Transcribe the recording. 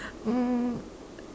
um